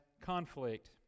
conflict